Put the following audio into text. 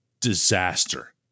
disaster